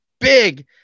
big